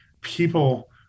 people